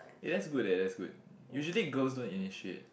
eh that's good eh that's good usually girls don't initiate